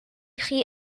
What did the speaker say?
chi